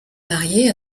mariée